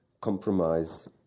compromise